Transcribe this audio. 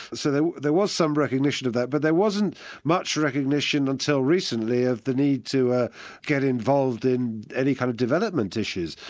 so there was some recognition of that, but there wasn't much recognition until recently of the need to ah get involved in any kind of development issues.